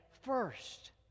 first